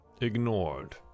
ignored